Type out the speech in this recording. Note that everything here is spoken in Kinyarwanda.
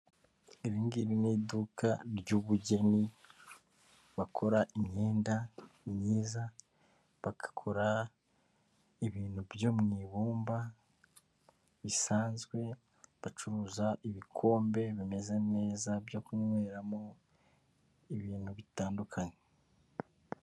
Ibi ngibi ni iduka ry'ubugeni bakora imyenda myiza, bagakora ibintu byo mu ibumba, bisanzwe, bacuruza ibikombe bimeze neza byo kunyweramo ibintu bitandukanye.